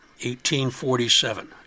1847